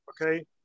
okay